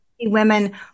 women